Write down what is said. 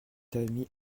famille